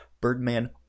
Birdman